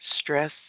Stress